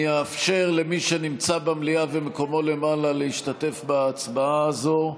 אני אאפשר למי שנמצא במליאה ומקומו למעלה להשתתף בהצבעה הזאת,